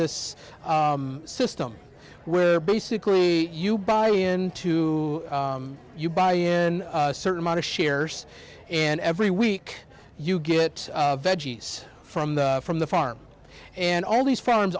this system where basically you buy into you buy in a certain amount of shares and every week you get veggies from the from the farm and all these farms